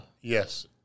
Yes